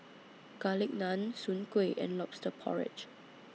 Garlic Naan Soon Kuih and Lobster Porridge